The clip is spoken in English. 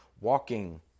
walking